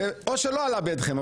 או שלא עלה בידכם.